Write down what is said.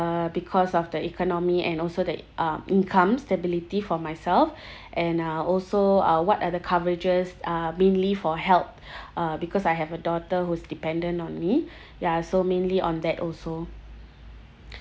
because of the economy and also that uh income stability for myself and uh also uh what are the coverages uh mainly for health uh because I have a daughter who's dependent on me ya so mainly on that also